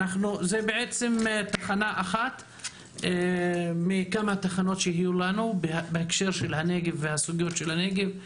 זו בעצם תחנה אחת מכמה תחנות שיהיו לנו בהקשר של הנגב והסוגיות של הנגב.